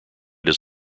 does